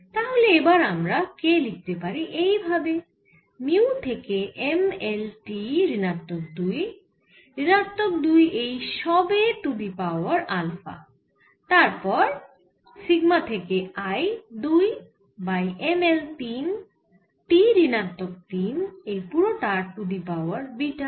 তাহলে এবার আমরা k লিখতে পারি এই ভাবে মিউ থেকে M L T ঋণাত্মক দুই I ঋণাত্মক দুই এই সবের টু দি পাওয়ার আলফা তারপর সিগমা থেকে I দুই বাই M L তিন T ঋণাত্মক তিন এই পুরো টার টু দি পাওয়ার বিটা